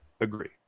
Agree